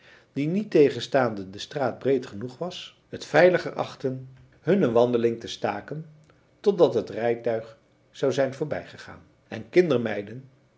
die niettegenstaande de straat breed genoeg was het veiliger achtten hunne wandeling te staken totdat het rijtuig zou zijn voorbijgegaan en kindermeiden